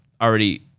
already